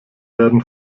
werden